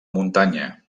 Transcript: muntanya